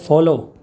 follow